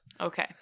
Okay